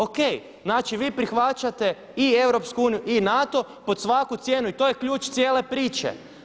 O.k. Znači, vi prihvaćate i EU i NATO pod svaku cijenu i to je ključ cijele priče.